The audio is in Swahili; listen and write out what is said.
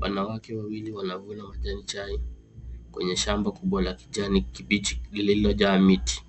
Wanawake wawili wanavuna majani chai kwenye shamba kubwa la kijani kibichi lililojaa miti.